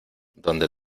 donde